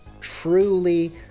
truly